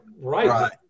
right